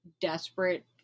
desperate